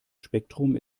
spektrum